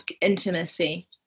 intimacy